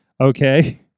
Okay